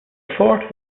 fort